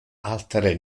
altere